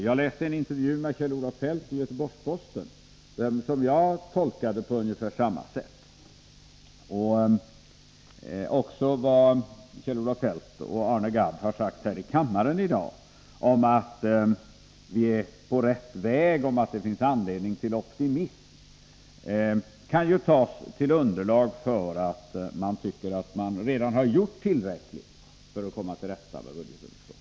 Jag läste en intervju med Kjell-Olof Feldt i Göteborgs-Posten, vilken jag tolkade på ungefär samma sätt som när det gäller det som Kjell-Olof Feldt och Arne Gadd sade här i kammaren i dag om att vi är på rätt väg och att det finns anledning till optimism. Detta kan ju uppfattas som att regeringen tycker att man redan har gjort tillräckligt för att komma till rätta med budgetunderskottet.